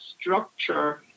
structure